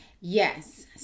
Yes